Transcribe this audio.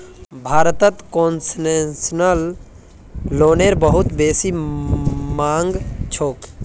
भारतत कोन्सेसनल लोनेर बहुत बेसी मांग छोक